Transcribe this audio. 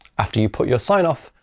after you put your sign-off,